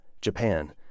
Japan